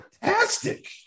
Fantastic